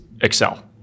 excel